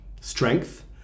strength